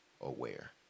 aware